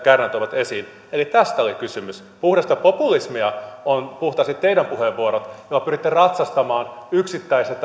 kärnä toivat esiin eli tästä oli kysymys puhdasta populismia ovat puhtaasti teidän puheenvuoronne joissa pyritte ratsastamaan yksittäisillä